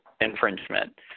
infringement